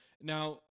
now